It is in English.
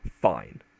fine